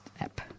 app